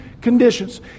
conditions